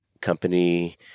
company